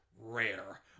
rare